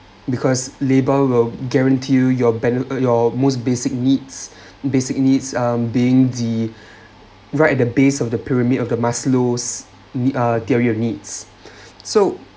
because labour will guarantee you your be~ your most basic needs basic needs uh being the right at the base of the pyramid of the maslow's uh theory of needs so